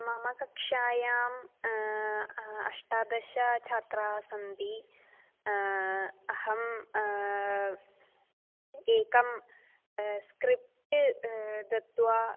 मम कक्षायाम् अष्टादश छात्राः सन्ति अहम् एकं स्क्रिप्ट् दत्वा